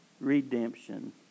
redemption